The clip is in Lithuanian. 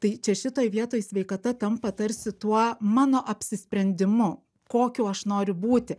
tai čia šitoj vietoj sveikata tampa tarsi tuo mano apsisprendimu kokiu aš noriu būti